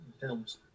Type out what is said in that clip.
films